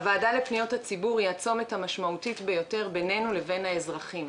הוועדה לפניות הציבור היא הצומת המשמעותי ביותר בינינו לבין האזרחים,